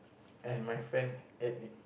and my friend ate it